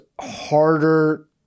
harder